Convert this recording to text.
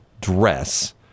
dress